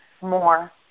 more